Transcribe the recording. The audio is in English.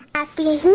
Happy